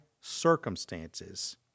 circumstances